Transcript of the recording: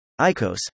ICOS